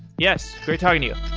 yes. great talking to you.